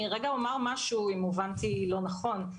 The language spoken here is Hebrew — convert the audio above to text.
הבינו אותי לא נכון.